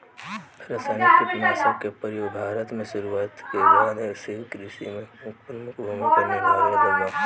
रासायनिक कीटनाशक के प्रयोग भारत में शुरुआत के बाद से कृषि में एक प्रमुख भूमिका निभाइले बा